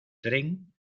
tren